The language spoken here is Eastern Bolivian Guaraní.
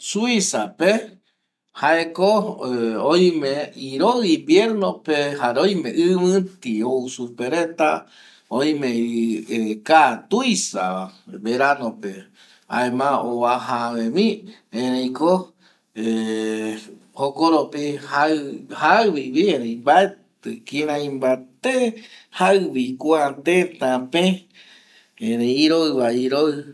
Suiza pe jaeko oime iroi invierno pe jare oime ivïti reta oime vi ka tuisa va verano pe jaema ovaja äve mi erei ko ˂hesitation˃ jokoropi jaivivi erei mbaeti vi jaivi mbate kua teta pe erei iroi va iroi